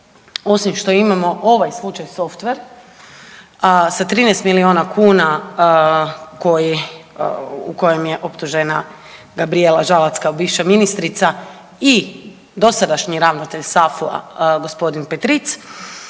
osim što imamo ovaj slučaj Softver sa 13 milijuna kuna u kojem je optužena Gabrijela Žalac kao bivša ministrica i dosadašnji ravnatelj SAFU-a g. Petric,